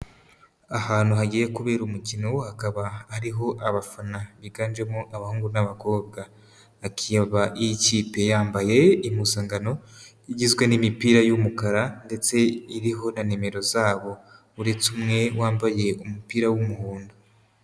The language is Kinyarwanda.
Ahantu hagiye kubera umukino, hakaba ariho abafana biganjemo abahungu n'abakobwa, akaba iyi kipe yambaye impuzangano igizwe n'imipira y'umukara ndetse iriho na nimero zabo, uretse umwe, wambaye umupira w'umuhondo.